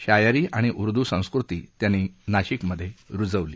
शायरी आणि उर्दू संस्कृती त्यांनी नाशिकमधे रुजवली